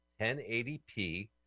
1080p